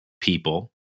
people